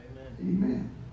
Amen